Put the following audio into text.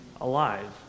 alive